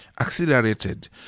accelerated